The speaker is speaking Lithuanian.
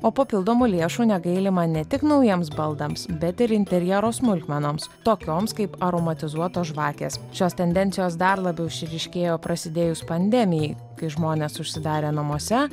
o papildomų lėšų negailima ne tik naujiems baldams bet ir interjero smulkmenoms tokioms kaip aromatizuotos žvakės šios tendencijos dar labiau išryškėjo prasidėjus pandemijai kai žmonės užsidarę namuose